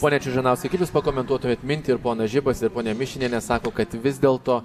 pone čiužanauskai kaip jūs pakomentuotumėt mintį ir ponas žibas ir ponia mišinienė sako kad vis dėl to